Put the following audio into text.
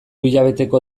hilabeteko